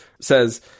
says